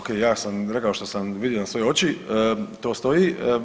Ok, ja sam rekao što sam vidio na svoje oči, to stoji.